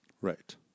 Right